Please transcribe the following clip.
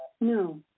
No